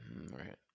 right